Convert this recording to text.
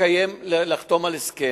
לחתום על ההסכם.